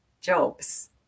jobs